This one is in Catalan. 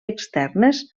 externes